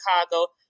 Chicago